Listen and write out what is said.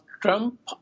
Trump